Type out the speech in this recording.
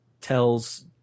tells